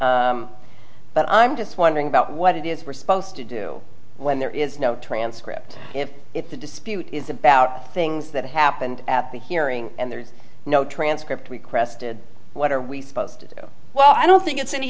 to but i'm just wondering about what it is we're supposed to do when there is no transcript if if the dispute is about things that happened at the hearing and there's no transcript requested what are we supposed to do well i don't think it's any